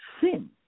sin